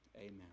amen